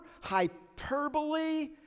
hyperbole